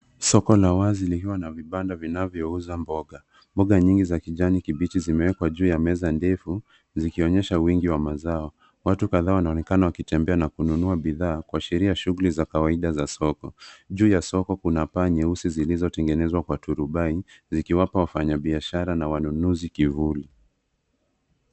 Soko la wazi likiwa na vibanda vinavyouza mboga. Mboga nyingi za kijani kibichi zimeekwa juu ya meza ndefu, zikionyesha wingi wa mazao. Watu kadhaa wanaonekana wakitembea na kununua bidhaa, kuashiria shughuli za kawaida za soko. Juu ya soko kuna paa nyeusi zilizotengenezwa kwa turubai, zikiwapa wafanyabiashara na wanunuzi, kivuli.